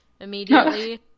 immediately